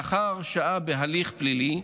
לאחר הרשעה בהליך פלילי,